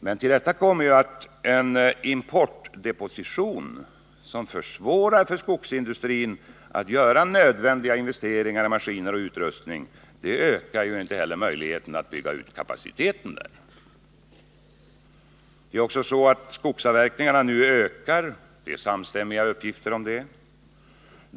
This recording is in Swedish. Men till detta kommer att en importdeposition, som försvårar för skogsindustrin att göra nödvändiga investeringar i maskiner och utrustning, inte heller ökar möjligheterna att bygga ut kapaciteten där. Det är också så att skogsavverkningen nu ökar. Det finns samstämmiga uppgifter om det.